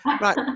Right